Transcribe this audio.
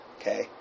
Okay